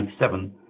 1997